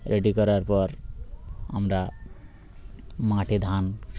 ready করার পর আমরা মাঠে ধান